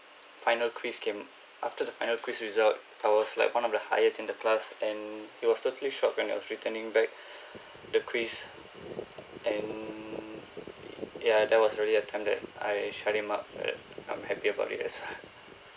final quiz came after the final quiz result I was like one of the highest in the class and he was totally shocked when I was returning back the quiz and ya that was really a time that I shut him up but ya I'm happy about it as well